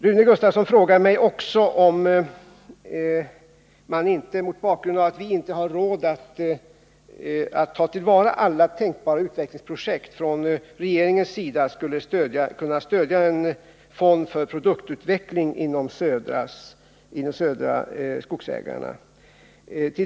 Rune Gustavsson frågade mig också om regeringen inte — mot bakgrund av att vi inte har råd att ta till vara alla tänkbara utvecklingsprojekt — skulle kunna stödja en fond för produktutveckling inom Södra Skogsägarna AB.